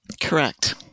Correct